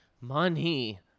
money